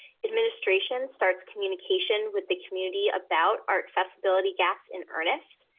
administration starts communication with the community about our accessibility gaps in earnest.